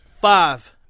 Five